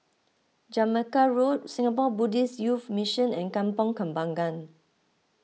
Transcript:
Jamaica Road Singapore Buddhist Youth Mission and Kampong Kembangan